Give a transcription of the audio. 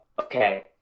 Okay